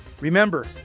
Remember